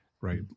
right